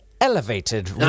Elevated